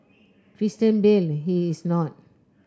Christian Bale he is not